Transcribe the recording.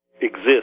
exist